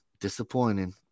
Disappointing